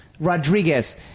Rodriguez